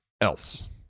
else